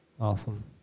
Awesome